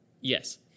Yes